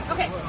Okay